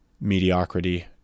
mediocrity